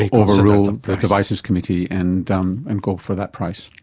overrule the devices committee and um and go for that price?